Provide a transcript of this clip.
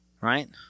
right